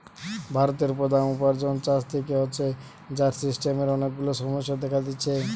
ভারতের প্রধান উপার্জন চাষ থিকে হচ্ছে, যার সিস্টেমের অনেক গুলা সমস্যা দেখা দিচ্ছে